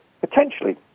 potentially